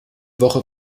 woche